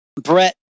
Brett